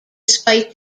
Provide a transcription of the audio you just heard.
despite